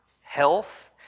health